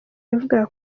yavugaga